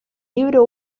libro